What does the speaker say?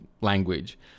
language